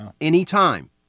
anytime